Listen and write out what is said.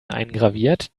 eingraviert